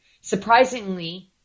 surprisingly